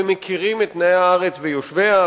ומכירים את תנאי הארץ ויושביה,